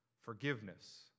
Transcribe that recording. forgiveness